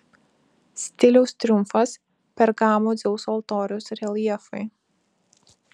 stiliaus triumfas pergamo dzeuso altoriaus reljefai